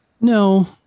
No